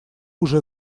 уже